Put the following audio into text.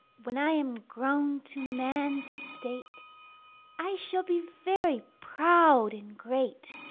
when i am grown to man's estate i shall be very proud and great,